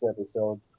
episode